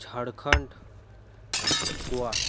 Jharkhand and Goa